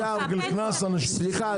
סליחה,